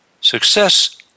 Success